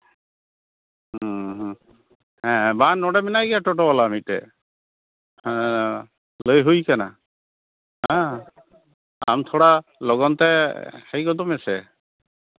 ᱦᱮᱸ ᱦᱮᱸ ᱦᱮᱸ ᱵᱟᱝ ᱱᱚᱸᱰᱮ ᱢᱮᱱᱟᱭ ᱜᱮᱭᱟ ᱴᱳᱴᱳ ᱵᱟᱞᱟ ᱢᱤᱫᱴᱮᱱ ᱦᱮᱸ ᱞᱟᱹᱭ ᱦᱩᱭ ᱠᱟᱱᱟ ᱦᱮᱸ ᱟᱢ ᱛᱷᱚᱲᱟ ᱞᱚᱜᱚᱱ ᱛᱮ ᱦᱮᱡ ᱜᱚᱫᱚᱜ ᱢᱮᱥᱮ